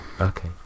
Okay